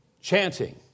Chanting